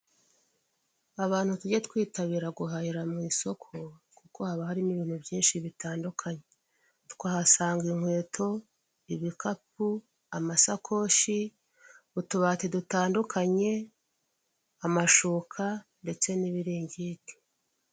Abantu tujye twitabira guhahira mu isoko kuko haba harimo ibintu byinshi bitandukanye, twahasanga inkweto, ibikapu, amasakoshi, utubati dutandukanye, amashuka ndetse n'ibiringiti.